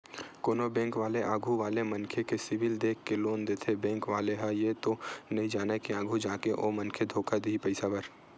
कोनो बेंक वाले आघू वाले मनखे के सिविल देख के लोन देथे बेंक वाले ह ये तो नइ जानय के आघु जाके ओ मनखे धोखा दिही पइसा बर